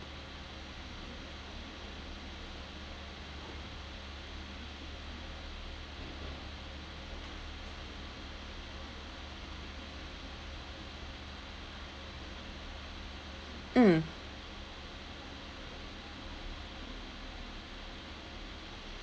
mm